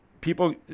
People